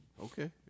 Okay